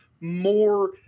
more